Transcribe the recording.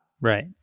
Right